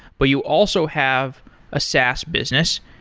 but you also have a saas business.